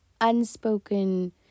unspoken